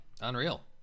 Unreal